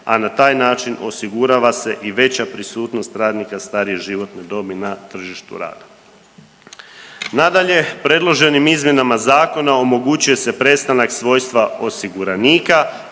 a na taj način osigurava se i veća prisutnost radnika starije životne dobi na tržištu rada. Nadalje, predloženim izmjenama zakona omogućuje se prestanak svojstva osiguranika